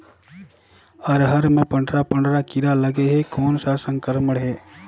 अरहर मे पंडरा पंडरा कीरा लगे हे कौन सा संक्रमण हे?